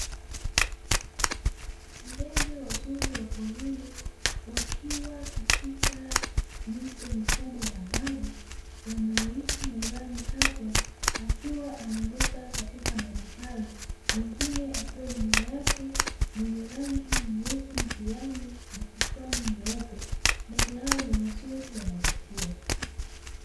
Ndege wazuri wa porini wakiwa katika mito mikubwa ya maji wanaoishi jirani hapo akiwa anaruka katika maji hayo, mwingine akiwa nyuma yake mwenye rangi nyeusi mkiani na nyeupe kichwani, ndege hao ni wazuri wanavutia.